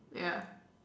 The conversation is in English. ya